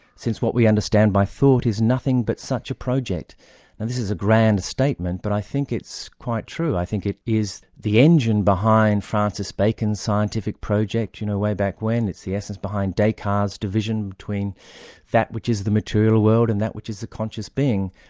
since what we understand by thought is nothing but such a project. now this is a grand statement, but i think it's quite true. i think it is the engine behind francis bacon's scientific project, you know way back when it's the essence behind descartes' division between that which is the material world and that which is the conscious being.